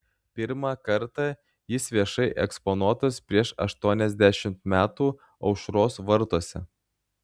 pirmą kartą jis viešai eksponuotas prieš aštuoniasdešimt metų aušros vartuose